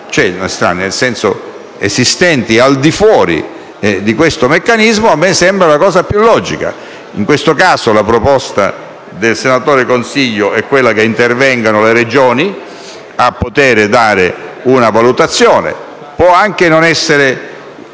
dei punti di controllo al di fuori di questo meccanismo a me sembra la soluzione più logica. In questo caso, la proposta del senatore Consiglio è che intervengano le Regioni a dare una valutazione. Può anche non essere